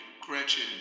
Gretchen